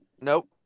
Nope